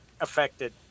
affected